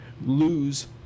Lose